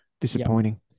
Disappointing